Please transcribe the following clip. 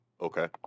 Okay